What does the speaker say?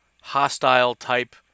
hostile-type